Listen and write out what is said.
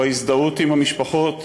בהזדהות עם המשפחות.